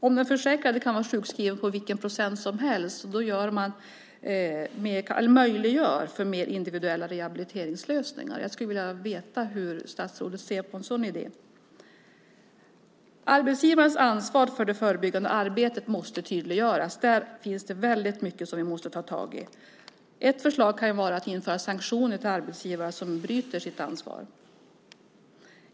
Om den försäkrade kan vara sjukskriven på vilken procent som helst möjliggör man mer individuella rehabiliteringslösningar. Jag skulle vilja veta hur statsrådet ser på en sådan idé. Arbetsgivarens ansvar för det förebyggande arbetet måste tydliggöras. Där finns det väldigt mycket som vi måste ta tag i. Ett förslag kan vara att införa sanktioner till arbetsgivare som bryter mot vad som är deras ansvar.